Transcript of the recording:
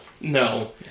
no